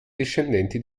discendenti